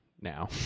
now